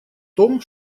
том